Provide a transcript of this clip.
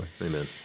Amen